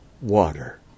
water